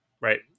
Right